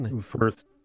First